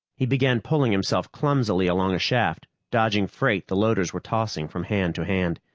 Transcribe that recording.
he began pulling himself clumsily along a shaft, dodging freight the loaders were tossing from hand to hand.